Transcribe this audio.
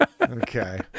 okay